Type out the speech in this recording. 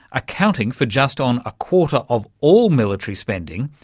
accounting for just on a quarter of all military spending,